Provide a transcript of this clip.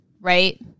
Right